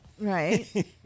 Right